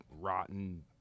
rotten